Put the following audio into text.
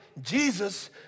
Jesus